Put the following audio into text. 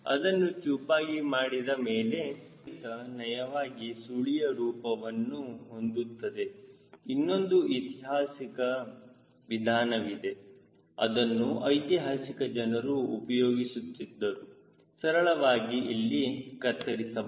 ಅದನ್ನು ಚೂಪಾಗಿ ಮಾಡಿದ ಮೇಲೆ ಹರಿತ ನಯವಾಗಿ ಸುಳಿಯ ರೂಪವನ್ನು ಹೊಂದುತ್ತದೆ ಇನ್ನೊಂದು ಐತಿಹಾಸಿಕ ವಿಧಾನವಿದೆ ಅದನ್ನು ಐತಿಹಾಸಿಕ ಜನರು ಉಪಯೋಗಿಸುತ್ತಿದ್ದರು ಸರಳವಾಗಿ ಇಲ್ಲಿ ಕತ್ತರಿಸಬಹುದು